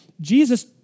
Jesus